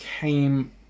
came